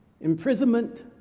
imprisonment